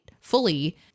fully